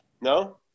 No